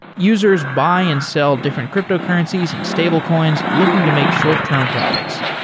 users buy and sell different cryptocurrencies and stable coins looking to make short-term profits,